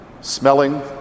Smelling